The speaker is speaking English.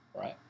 Right